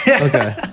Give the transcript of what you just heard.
Okay